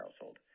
household